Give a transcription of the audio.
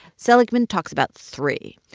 seligman talks about three.